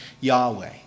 Yahweh